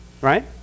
right